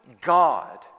God